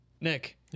Nick